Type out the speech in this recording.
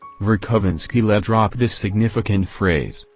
verkovensky let drop this significant phrase,